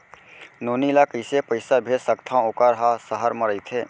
नोनी ल कइसे पइसा भेज सकथव वोकर ह सहर म रइथे?